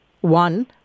one